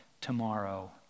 tomorrow